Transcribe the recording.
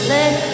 Let